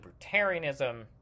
libertarianism